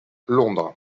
londres